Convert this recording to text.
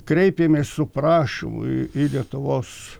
kreipėmės su prašymu į lietuvos